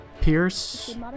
Pierce